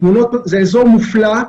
זה אזור מופלא.